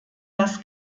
das